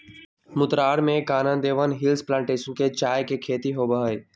मुन्नार में Kanan Devan hills plantation में चाय के खेती होबा हई